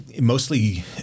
mostly